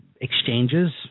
exchanges